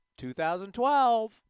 2012